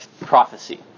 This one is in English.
prophecy